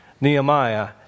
Nehemiah